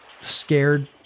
scared